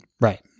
Right